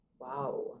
wow